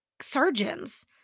surgeons